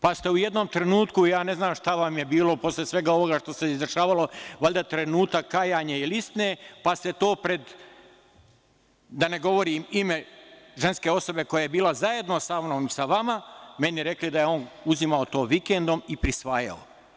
Pa ste u jednom trenutku, ja ne znam šta vam je bilo, posle svega ovoga što se izdešavalo, valjda trenutak kajanja ili istine, pa ste to pred, da ne govorim ime ženske osobe koja je bila zajedno sa mnom i sa vama, meni rekli da je on uzimao to vikendom i prisvajao.